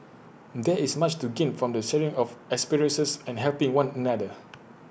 there is much to gain from the sharing of experiences and helping one another